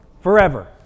forever